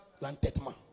l'entêtement